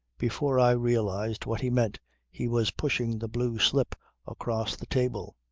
before i realised what he meant he was pushing the blue slip across the table.